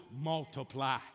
multiply